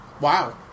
Wow